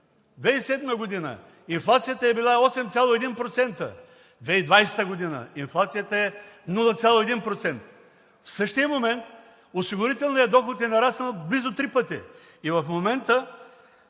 2007 г. инфлацията е била 8,1%, 2020 г. инфлацията е 0,1%. В същия момент, осигурителният доход е нараснал близо три пъти и в момента